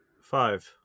Five